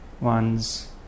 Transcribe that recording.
one's